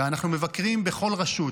ואנחנו מבקרים בכל רשות.